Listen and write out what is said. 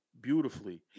beautifully